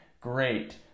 great